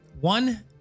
one